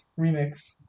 remix